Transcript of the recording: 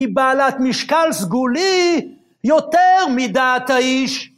‫היא בעלת משקל סגולי יותר מדעת האיש.